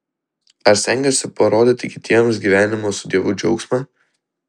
ar stengiuosi parodyti kitiems gyvenimo su dievu džiaugsmą